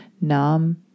nam